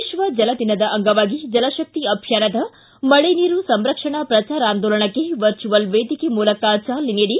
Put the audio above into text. ವಿತ್ವ ಜಲ ದಿನದ ಅಂಗವಾಗಿ ಜಲಶಕ್ತಿ ಅಭಿಯಾನದ ಮಳೆ ನೀರು ಸಂರಕ್ಷಣಾ ಪ್ರಚಾರಾಂದೋಲನಕ್ಕೆ ವರ್ಚುವಲ್ ವೇದಿಕೆ ಮೂಲಕ ಚಾಲನೆ ನೀಡಿದರು